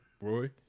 Roy